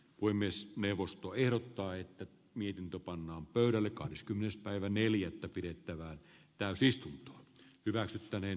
avoimessa neuvosto ehdottaa että mitenkö pannaan pöydälle kahdeskymmenes päivä neljättä pidettävään tää siis hyväksyttäneen